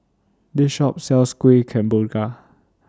This Shop sells Kuih Kemboja